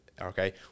okay